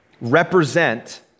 represent